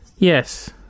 Yes